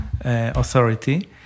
authority